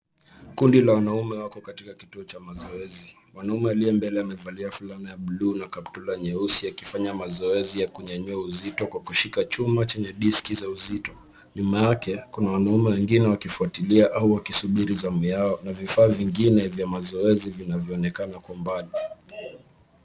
Kundi la wanaume wako katika kituo cha mazoezi. Mwanaume aliye mbele amevalia fulana ya bluu na kaptura nyeusi akifanya mazoezi ya kunyanyua uzito kwa kushika chuma chenye diski za uzito. Nyuma yake kuna wanaume wengine wakifuatilia au wakisubiri zamu yao na vifaa vingine vya mazoezi vinavyoonekana kwa mbali.